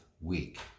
week